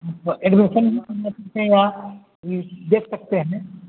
admission भी नहीं हुआ अभी देख सकते हैं ने